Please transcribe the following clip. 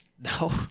No